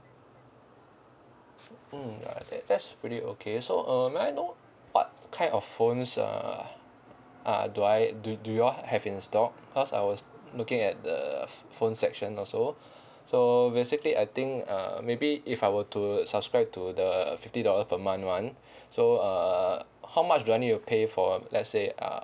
mm ya that's pretty okay so uh may I know what kind of phones uh uh do I do do you all have in stock cause I was looking at the phone section also so basically I think uh maybe if I were to subscribe to the fifty dollar per month [one] so uh how much do I need to pay for let's say uh